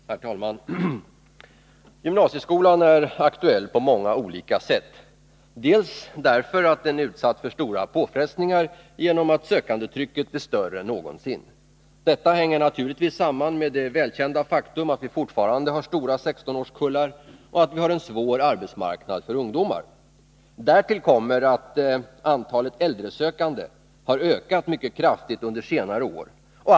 "Herr talman! Gymnasieskolan är aktuell på många sätt. Den är utsatt för stora påfrestningar genom att sökandetrycket är större än någonsin. Detta hänger naturligtvis samman med det välkända faktum att vi fortfarande har stora 16-årskullar och att vi har en svår arbetsmarknad för ungdomar. Därtill kommer att antalet äldresökande har ökat mycket kraftigt under senare år.